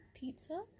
Pizza